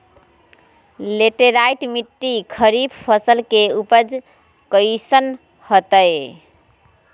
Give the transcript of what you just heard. Laterite मिट्टी खरीफ फसल के उपज कईसन हतय?